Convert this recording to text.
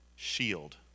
Shield